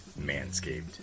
Manscaped